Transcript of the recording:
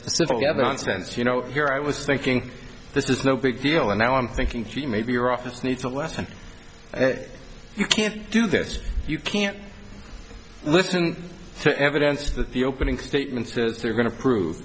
specific other nonsense you know here i was thinking this is no big deal and now i'm thinking gee maybe your office needs a lesson you can't do this you can't listen to evidence that the opening statements to they're going to prove